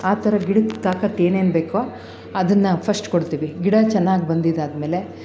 ಆ ಥರ ಗಿಡಕ್ಕೆ ತಾಕತ್ತು ಏನೇನು ಬೇಕೋ ಅದನ್ನು ಫಸ್ಟ್ ಕೊಡ್ತೀವಿ ಗಿಡ ಚೆನ್ನಾಗಿ ಬಂದಿದಾದ್ಮೇಲೆ